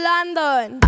London